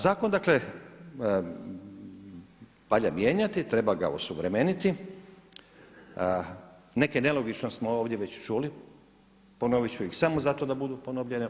Zakon valja mijenjati, treba ga osuvremeniti, neke nelogičnosti smo ovdje već čuli, ponovit ću ih samo zato da budu ponovljene.